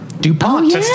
DuPont